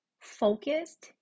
focused